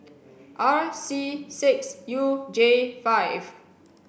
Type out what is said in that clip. R C six U J five